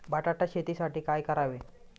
बटाटा शेतीसाठी काय करावे?